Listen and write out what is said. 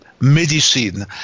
medicine